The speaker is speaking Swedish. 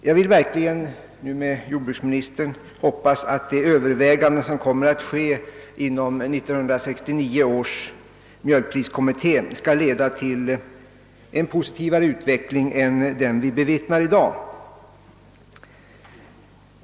Jag vill verkligen med jordbruksministern hoppas att de överväganden som kommer att ske inom 1969 års mjölkpriskommitté skall leda till en mer positiv utveckling än den vi bevittnar i dag.